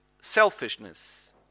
selfishness